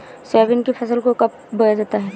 Soybean की फसल को कब बोया जाता है?